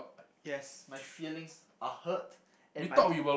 yes my feelings are hurt and my